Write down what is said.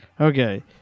Okay